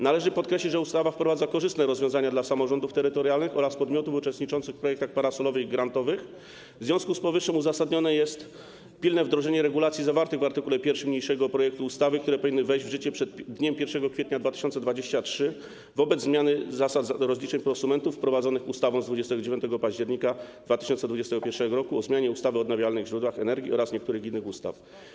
Należy podkreślić, że ustawa wprowadza korzystne rozwiązania dla samorządów terytorialnych oraz podmiotów uczestniczących w projektach parasolowych i grantowych, w związku z powyższym uzasadnione jest pilne wdrożenie regulacji zawartych w art. 1 niniejszego projektu ustawy, które powinny wejść w życie przed dniem 1 kwietnia 2023 r. wobec zmiany zasad rozliczeń prosumentów wprowadzonych ustawą z dnia 29 października 2021 r. o zmianie ustawy o odnawialnych źródłach energii oraz niektórych innych ustaw.